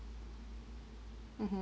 mmhmm